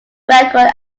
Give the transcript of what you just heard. record